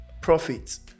Profits